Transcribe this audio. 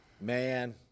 man